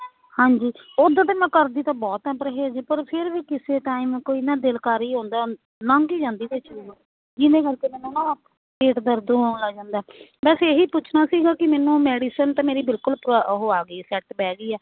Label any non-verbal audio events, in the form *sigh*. ਹਾਂਜੀ ਓਦਾਂ ਤਾਂ ਮੈਂ ਕਰਦੀ ਤਾਂ ਬਹੁਤ ਆ ਪਰਹੇਜ਼ ਪਰ ਫਿਰ ਵੀ ਕਿਸੇ ਟਾਈਮ ਕੋਈ ਨਾ ਦਿਲ ਕਰ ਹੀ ਆਉਂਦਾ ਲੰਘ ਹੀ ਜਾਂਦੀ ਵਿੱਚ ਜਿਹਦੇ ਕਰਕੇ ਮੈਨੂੰ ਨਾ ਪੇਟ ਦਰਦ ਹੋਣ ਲੱਗ ਜਾਂਦਾ ਬਸ ਇਹੀ ਪੁੱਛਣਾ ਸੀਗਾ ਕਿ ਮੈਨੂੰ ਮੈਡੀਸਨ ਤਾਂ ਮੇਰੀ ਬਿਲਕੁਲ *unintelligible* ਉਹ ਆ ਗਈ ਸੈਟ ਬਹਿ ਗਈ ਆ